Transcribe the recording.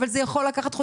אבל זה יכול לקחת חודשים,